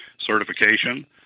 certification